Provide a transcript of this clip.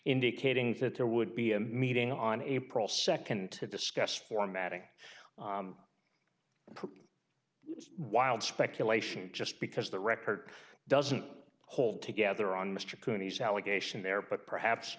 indicating that there would be a meeting on april second to discuss formatting wild speculation just because the record doesn't hold together on mr cooney as allegation there but perhaps